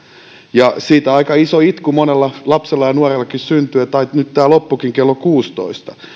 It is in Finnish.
siitä aika iso itku monella lapsella ja nuorellakin syntyi että ai nyt tämä loppuikin kello kuusitoista